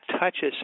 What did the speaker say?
touches